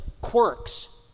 quirks